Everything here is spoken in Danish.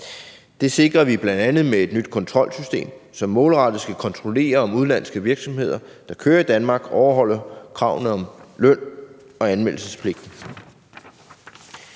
Det sikrer vi bl.a. med et nyt kontrolsystem, som målrettet skal kontrollere, om udenlandske virksomheder, der kører i Danmark, overholder kravene om løn og anmeldelsespligt.